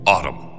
Autumn